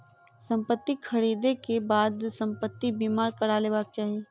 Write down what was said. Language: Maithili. संपत्ति ख़रीदै के बाद संपत्ति बीमा करा लेबाक चाही